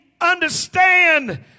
understand